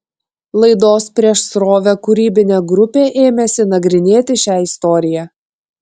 laidos prieš srovę kūrybinė grupė ėmėsi nagrinėti šią istoriją